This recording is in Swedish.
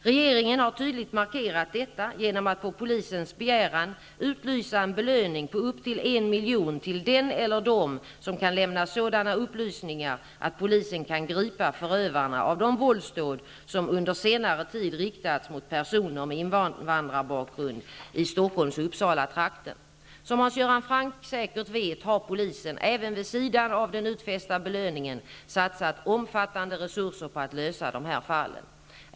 Regeringen har tydligt markerat detta genom att på polisens begäran utlysa en belöning på upp till 1 milj.kr. till den eller dem som kan lämna sådana upplysningar att polisen kan gripa förövarna av de våldsdåd som under senare tid riktats mot personer med invandrarbakgrund i Stockholms och Uppsalatrakten. Som Hans Göran Franck säkert vet har polisen, även vid sidan av den utfästa belöningen, satsat omfattande resurser på att lösa de här fallen.